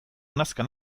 nazka